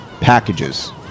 packages